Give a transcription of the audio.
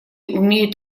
умеют